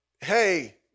Hey